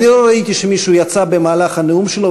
לא ראיתי שמישהו יצא במהלך הנאום שלו,